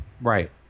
Right